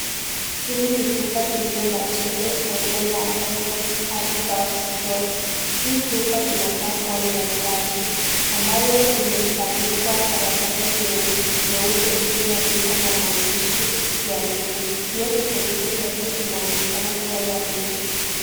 Hii ni chupa iliona tembe aina ya M-M-RvaxPro . Hii chupa inakaa kuwa ni ya glasi ambayo imebandikwa karatasi nyeupe ilioandikwa na maandishi ya buluu pia kifuniko chake inaonekana kuwa ya buluu.